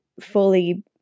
fully